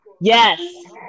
Yes